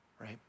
Right